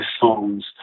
songs